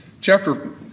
chapter